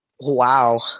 Wow